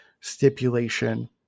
stipulation